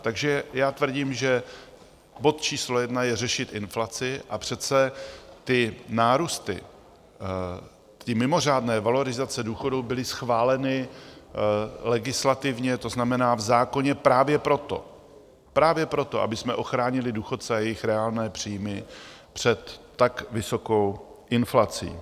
Takže já tvrdím, že bod číslo jedna je řešit inflaci, a přece ty nárůsty, mimořádné valorizace důchodů, byly schváleny legislativně, to znamená v zákoně, právě proto, abychom ochránili důchodce a jejich reálné příjmy před tak vysokou inflací.